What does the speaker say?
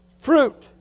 fruit